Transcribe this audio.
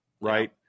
Right